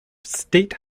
state